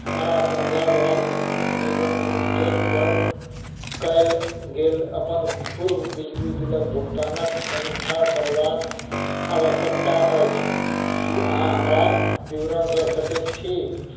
हमरा पंजाब राज्य विद्युत निगम लिमिटेडपर कयल गेल अपन पूर्व बिजली बिलक भुगतानक समीक्षा करबाक आवश्यकता अछि कि अहाँ हमरा विवरण दऽ सकैत छी